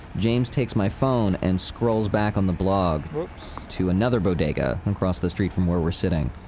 james takes my phone and scrolls back on the blog to another bodega across the street from where we're sitting.